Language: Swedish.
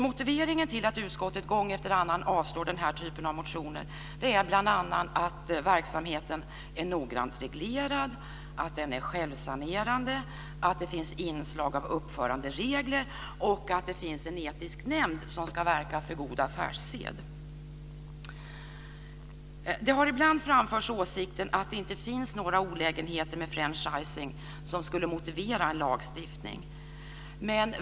Motiveringen till att utskottet gång efter annan avstyrker den här typen av motioner är bl.a. att verksamheten är noggrant reglerad, att den är självsanerande, att det finns inslag av uppföranderegler och att det finns en etisk nämnd som ska verka för god affärssed. Ibland har åsikten framförts att det inte finns några olägenheter med franchising som skulle motivera en lagstiftning.